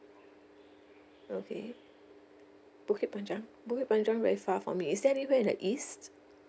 okay bukit panjang bukit panjang very far for me is there anywhere in the east